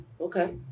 Okay